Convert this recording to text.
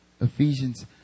Ephesians